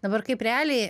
dabar kaip realiai